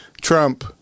Trump